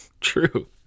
true